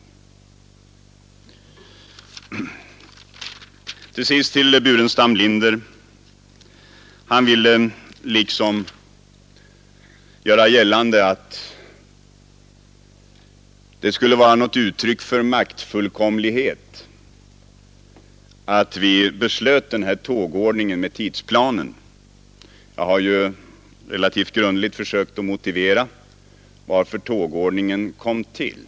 Till sist skall jag vända mig till herr Burenstam Linder. Han ville göra gällande att det skulle vara något uttryck för maktfullkomlighet att vi beslöt den här tågordningen i fråga om tidsplanen. Jag har relativt grundligt försökt motivera varför tågordningen kom till.